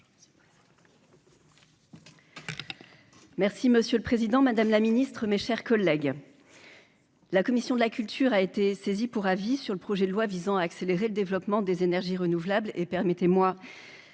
Merci monsieur le Président, Madame la Ministre, mes chers collègues, la commission de la culture a été saisie pour avis sur le projet de loi visant à accélérer le développement des énergies renouvelables et permettez-moi